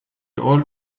old